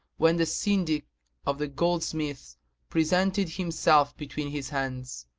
when the syndic of the goldsmiths presented himself between his hands,